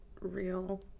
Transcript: real